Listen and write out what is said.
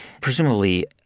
Presumably